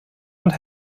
und